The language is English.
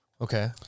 Okay